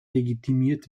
legitimiert